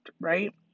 right